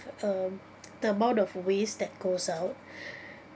um the amount of waste that goes out